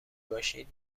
باشید